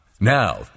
now